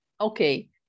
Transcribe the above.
okay